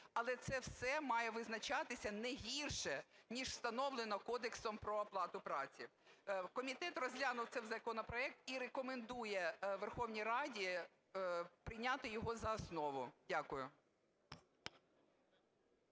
Але це все має визначатися не гірше, ніж встановлено Кодексом про оплату праці. Комітет розглянув цей законопроект і рекомендує Верховній Раді прийняти його за основу. Дякую.